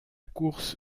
course